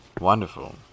Wonderful